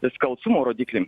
skalsumo rodiklį